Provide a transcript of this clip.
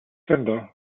snyder